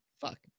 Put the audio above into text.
Fuck